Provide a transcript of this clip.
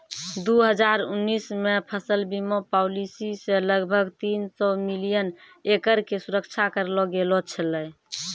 दू हजार उन्नीस मे फसल बीमा पॉलिसी से लगभग तीन सौ मिलियन एकड़ के सुरक्षा करलो गेलौ छलै